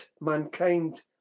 mankind